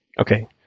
okay